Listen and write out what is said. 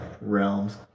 realms